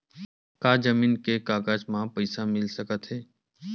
का जमीन के कागज म पईसा मिल सकत हे?